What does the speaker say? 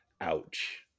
Ouch